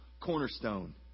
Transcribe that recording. cornerstone